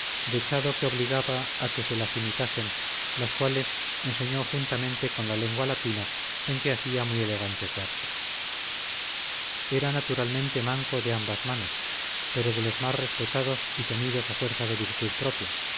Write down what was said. dechado que obligaba a que se las imitasen las cuales enseñó juntamente con la lengua latina en que hacía muy elegantes versos era naturalmente manco de ambas manos pero de los más respetados y temidos a fuerza de virtud propia